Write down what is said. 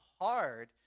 hard